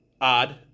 odd